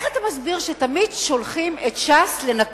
איך אתה מסביר שתמיד שולחים את ש"ס לנקות?